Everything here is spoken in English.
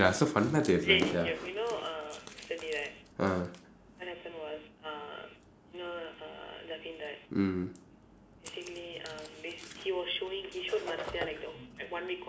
ah mm